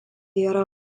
yra